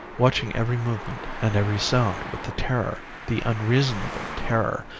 watching every movement and every sound, with the terror, the unreasonable terror,